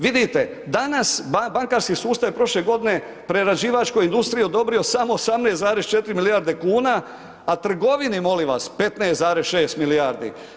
Vidite, danas bankarski sustav je prošle godine prerađivačkoj industriji samo 18,4 milijarde kuna, a trgovini molim vas 15,6 milijardi.